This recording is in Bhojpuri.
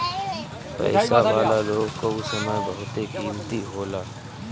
पईसा वाला लोग कअ समय बहुते कीमती होला